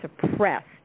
suppressed